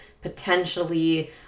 potentially